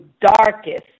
darkest